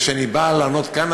כשאני בא לענות כאן,